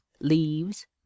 leaves